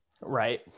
Right